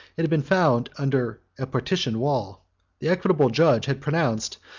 it had been found under a partition wall the equitable judge had pronounced,